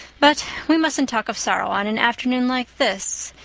but we mustn't talk of sorrow on an afternoon like this.